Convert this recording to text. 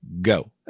go